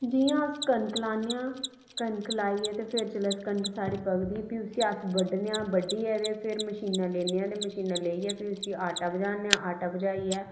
जि'यां अस कनक लान्ने आं कनक लाइयै जिसलै कनक साढ़ी पकदी फ्ही उसी अस बड्ढने आं बड्ढियै फिर मशीना लेन्ने आं ते मशीनै लेइयै फ्ही आटा बजानेआं आटा बजाइयै